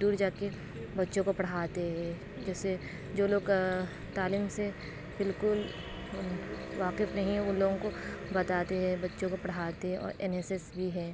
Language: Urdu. دور جا کے بچوں کو پڑھاتے ہیں جیسے جو لوگ تعلیم سے بالکل واقف نہیں ہیں ان لوگوں کو بتاتے ہیں بچوں کو پڑھاتے ہیں اور این ایس ایس بھی ہے